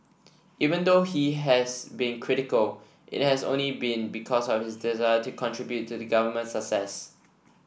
even though he has been critical it has only been because of his desire to contribute to the government's success